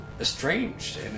estranged